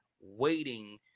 waiting